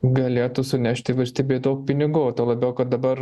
galėtų sunešti valstybei daug pinigų o tuo labiau kad dabar